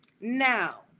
now